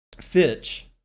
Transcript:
Fitch